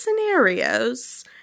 scenarios